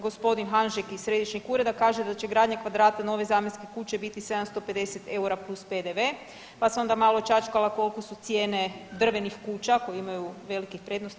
Gospodin Hanžek iz središnjeg ureda kaže da će gradnje kvadrata nove zamjenske kuće biti 750 eura plus PDV, pa sam onda malo čačkala koliko su cijene drvenih kuća koje imaju velikih prednosti.